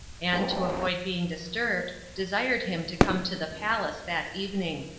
and, to avoid being disturbed, desired him to come to the palace that evening.